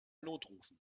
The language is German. notrufen